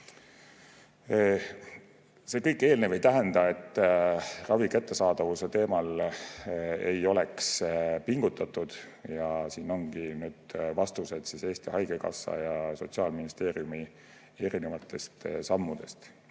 auk. Kõik eelnev ei tähenda, et ravi kättesaadavuse nimel ei oleks pingutatud. Siin ongi nüüd vastused Eesti Haigekassa ja Sotsiaalministeeriumi erinevate sammude